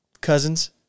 cousins